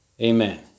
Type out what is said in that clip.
amen